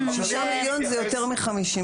6 מיליון זה יותר מ-50%.